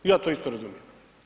Ja to isto razumijem.